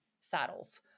saddles